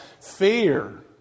fear